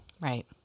Right